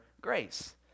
grace